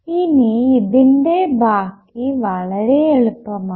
ഇനി ഇതിൻറെ ബാക്കി വളരെ എളുപ്പമാണ്